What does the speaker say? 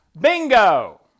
Bingo